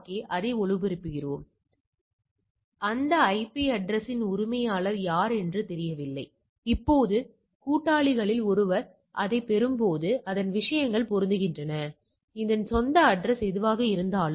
எனவே இன்மை கருதுகோள் எப்போதுமே ஒரே முழுமைத்தொகுதியிலிருந்து வரும் நிலையாக இருக்கும் அதாவது மாதிரியானது ஒரே முழுமைத்தொகுதியிலிருந்து வருகிறது மாற்று என்பது அதே முழுமைத்தொகுதியிலிருந்து வராததாக இருக்கும்சரியா